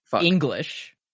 English